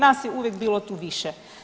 Nas je uvijek bilo tu više.